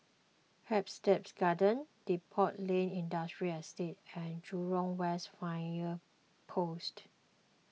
Hampstead Gardens Depot Lane Industrial Estate and Jurong West Fire Post